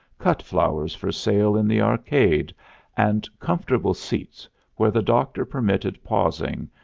cut flowers for sale in the arcade and comfortable seats where the doctor permitted pausing,